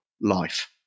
life